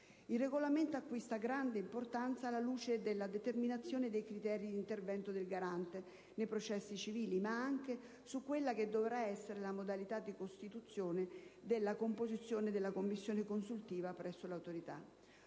Il regolamento acquista grande importanza alla luce della determinazione dei criteri di intervento del Garante nei processi civili, ma anche su quella che dovrà essere la modalità di costituzione e della composizione della Commissione consultiva presso l'Autorità.